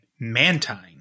Mantine